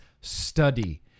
study